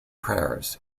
prayers